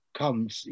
comes